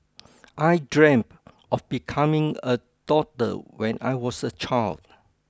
I dreamt of becoming a doctor when I was a child